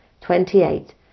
Twenty-eight